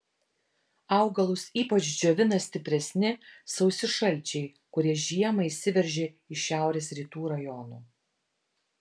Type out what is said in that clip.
augalus ypač džiovina stipresni sausi šalčiai kurie žiemą įsiveržia iš šiaurės rytų rajonų